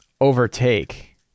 overtake